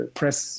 press